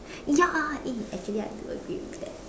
ya eh actually I do agree with that